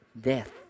death